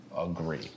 agree